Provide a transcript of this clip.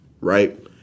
right